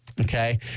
Okay